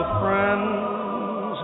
friends